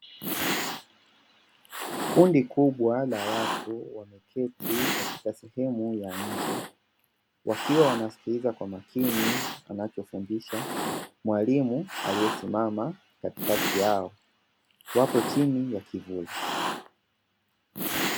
Kundi kubwa la watu wameketi katika sehemu ya nje, wakiwa wanasikiliza kwa makini anachofundisha mwalimu aliyesimama katikati yao, wapo chini ya kivuli.